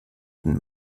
den